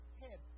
head